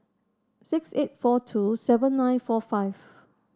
six eight four two seven nine four five